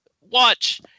watch